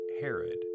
Herod